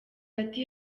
ati